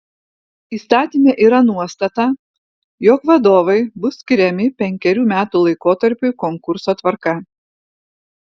įstatyme yra nuostata jog vadovai bus skiriami penkerių metų laikotarpiui konkurso tvarka